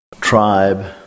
tribe